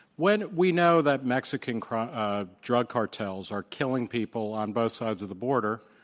when we know that mexican drug ah drug cartels are killing people on both sides of the border.